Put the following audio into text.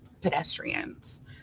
pedestrians